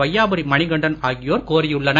வையாபுரி மணிகண்டன் ஆகியோர் கோரியுள்ளனர்